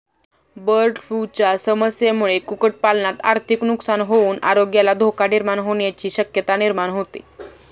बर्डफ्लूच्या समस्येमुळे कुक्कुटपालनात आर्थिक नुकसान होऊन आरोग्याला धोका निर्माण होण्याची शक्यता निर्माण होते